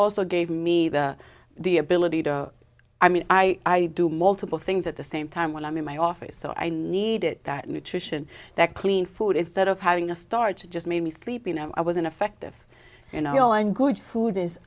also gave me that the ability to i mean i do multiple things at the same time when i'm in my office so i needed that nutrition that clean food instead of having to start to just made me sleepy and i was ineffective you know and good food is